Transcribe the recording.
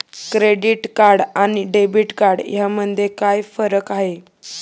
Credit card आणि debit card यामध्ये काय फरक आहे?